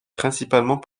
principalement